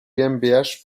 gmbh